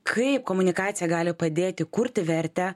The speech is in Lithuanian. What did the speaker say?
kaip komunikacija gali padėti kurti vertę